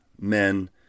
men